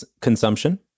consumption